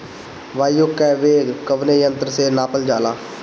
वायु क वेग कवने यंत्र से नापल जाला?